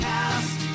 Cast